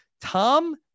Tom